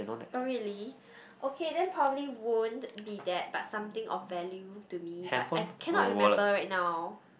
oh really okay then probably won't be that but something of value to me but I cannot remember right now